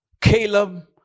Caleb